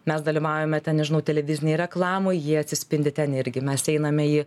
mes dalyvaujame ten nežinau televizinėj reklamoj jie atsispindi ten irgi mes einame į